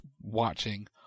watching